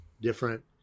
Different